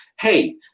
hey